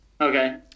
Okay